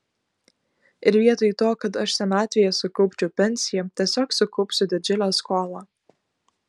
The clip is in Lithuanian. ir vietoj to kad aš senatvėje sukaupčiau pensiją tiesiog sukaupsiu didžiulę skolą